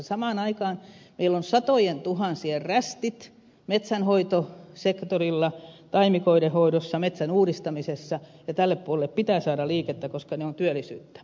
samaan aikaan meillä on satojentuhansien rästit metsänhoitosektorilla taimikoiden hoidossa metsän uudistamisessa ja tälle puolelle pitää saada liikettä koska ne tarkoittavat työllisyyttä